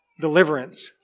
deliverance